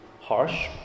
harsh